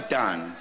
done